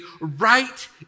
right